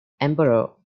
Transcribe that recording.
emperor